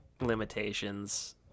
limitations